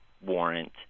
warrant